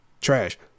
Trash